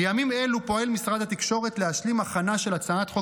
בימים אלו פועל משרד התקשורת להשלים הכנה של הצעת חוק